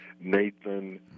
Nathan